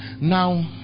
Now